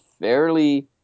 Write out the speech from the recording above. fairly